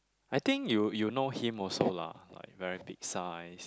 I think you you know him also lah like very big size